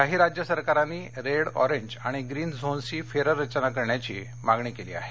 काही राज्य सरकारांनी रेड ऑरेंज आणि ग्रीन झोन्सची फेररचना करण्याची मागणी केली आहे